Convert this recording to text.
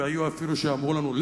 והיו אפילו כאלה שאמרו לנו,